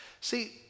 See